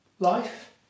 Life